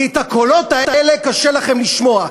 כי את הקולות האלה קשה לכם לשמוע,